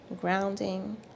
grounding